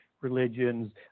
religions